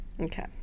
okay